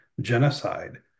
genocide